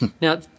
Now